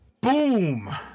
Boom